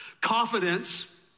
Confidence